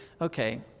Okay